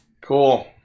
Cool